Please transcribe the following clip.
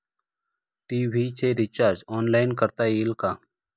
TV चे recharge online करता येईल का?